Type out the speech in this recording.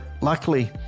luckily